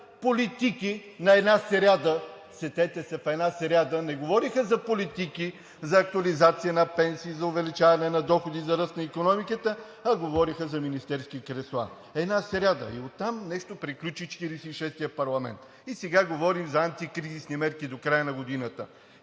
политики – една сряда, сетете се. Една сряда не говориха за политики, за актуализация на пенсии, за увеличаване на доходи, за ръст на икономиката, а говориха за министерски кресла. Една сряда! И оттам нещо приключи 46-ия парламент, сега говорим за антикризисни мерки до края на годината.